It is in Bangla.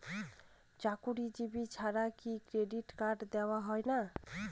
চাকুরীজীবি ছাড়া কি ক্রেডিট কার্ড দেওয়া হয় না?